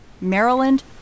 Maryland